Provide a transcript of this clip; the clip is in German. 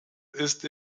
ist